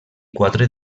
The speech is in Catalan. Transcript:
quatre